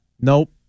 Nope